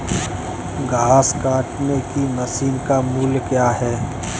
घास काटने की मशीन का मूल्य क्या है?